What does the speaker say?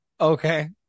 Okay